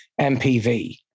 MPV